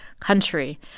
country